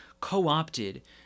co-opted